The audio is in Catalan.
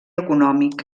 econòmic